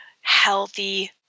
healthy